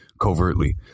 covertly